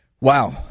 Wow